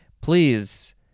Please